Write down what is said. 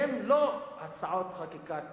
הן לא הצעות חקיקה טכניות.